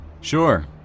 Sure